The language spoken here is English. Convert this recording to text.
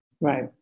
Right